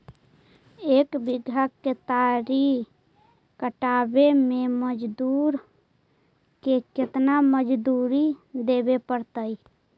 एक बिघा केतारी कटबाबे में मजुर के केतना मजुरि देबे पड़तै?